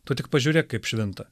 tu tik pažiūrėk kaip švinta